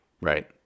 Right